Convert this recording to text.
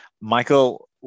Michael